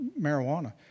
marijuana